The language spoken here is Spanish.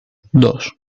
dos